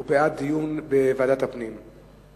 הוא בעד דיון בוועדת הפנים.